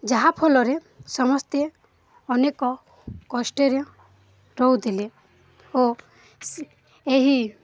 ଯାହାଫଳରେ ସମସ୍ତେ ଅନେକ କଷ୍ଟରେ ରହୁଥିଲେ ଓ ଏହି